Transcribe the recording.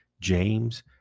James